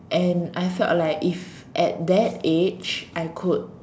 and I felt like if at that age I could